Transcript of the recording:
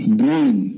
brain